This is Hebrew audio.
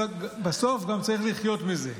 בסוף גם צריך לחיות מזה.